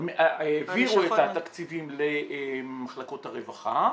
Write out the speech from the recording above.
--- העבירו את התקציבים למחלקות הרווחה,